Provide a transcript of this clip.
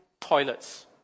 toilets